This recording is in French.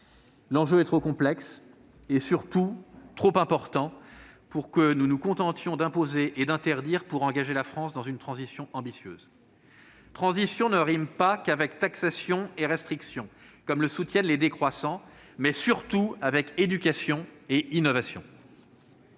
L'enjeu est trop complexe, et surtout trop important, pour que nous nous contentions d'imposer et d'interdire pour engager la France dans une transition ambitieuse. Transition ne rime pas qu'avec taxation et restriction, comme le soutiennent les décroissants, mais surtout avec éducation et innovation.